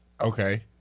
Okay